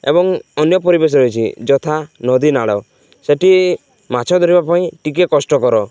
ଏବଂ ଅନ୍ୟ ପରିବେଶ ରହିଛି ଯଥା ନଦୀନାଳ ସେଇଠି ମାଛ ଧରିବା ପାଇଁ ଟିକିଏ କଷ୍ଟକର